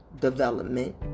development